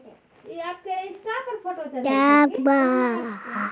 गेंहू के बीज हाइब्रिड किस्म के होई छई?